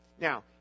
Now